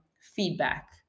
feedback